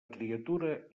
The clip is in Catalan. criatura